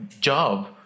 job